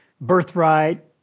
birthright